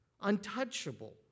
untouchable